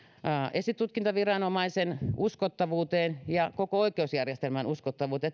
esitutkintaviranomaisen uskottavuuteen ja koko oikeusjärjestelmän uskottavuuteen